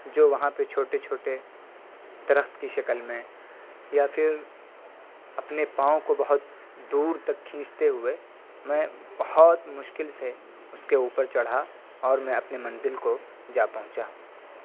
جو وہاں پہ چھوٹے چھوٹے درخت کی شکل میں یا پھر اپنے پاؤں کو بہت دور تک کھینچتے ہوئے میں بہت مشکل سے اس کے اوپر چڑھا اور میں اپنے منزل کو جا پہنچا